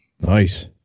Nice